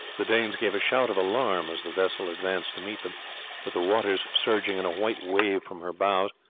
the danes gave a shout of alarm as the vessel advanced to meet them with the water surging in a white wave from her bows,